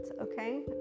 okay